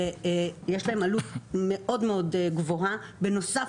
ויש להן עלות מאוד מאוד גבוהה בנוסף